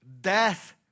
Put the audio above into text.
Death